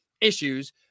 issues